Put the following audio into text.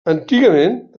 antigament